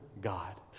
God